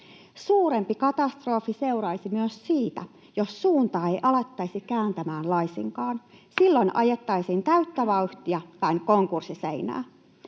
Suurempi katastrofi seuraisi myös siitä, jos suuntaa ei alettaisi kääntämään laisinkaan. Silloin ajettaisiin täyttä vauhtia päin konkurssiseinää.